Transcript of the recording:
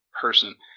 person